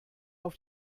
auf